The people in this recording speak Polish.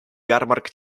jarmark